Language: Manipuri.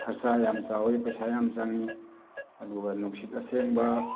ꯈꯔꯁꯥ ꯌꯥꯝ ꯆꯥꯎꯋꯤ ꯄꯩꯁꯥ ꯌꯥꯝ ꯆꯪꯉꯤ ꯑꯗꯨꯒ ꯅꯨꯡꯁꯤꯠ ꯑꯁꯦꯡꯕ